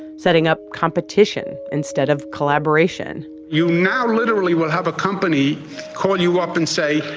setting up competition instead of collaboration you now literally will have a company call you up and say,